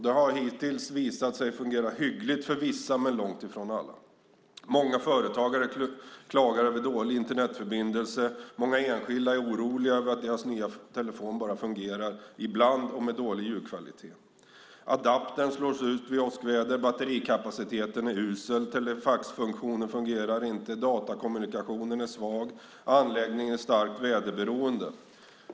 Det har hittills visat sig fungera hyggligt för vissa, men långt ifrån för alla. Många företagare klagar över dålig Internetförbindelse. Många enskilda är oroliga över att deras nya telefon bara fungerar ibland och med dålig ljudkvalitet. Adaptern slås ut vid åskväder. Batterikapaciteten är usel. Telefaxfunktionen fungerar inte. Datakommunikationen är svag. Anläggningen är starkt väderberoende.